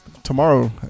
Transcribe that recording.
Tomorrow